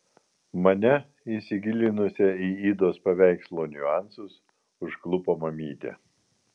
mane įsigilinusią į idos paveikslo niuansus užklupo mamytė